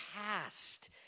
past